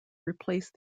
replaced